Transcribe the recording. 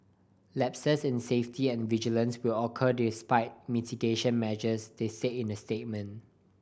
lapses in safety and vigilance will occur despite mitigation measures they said in a statement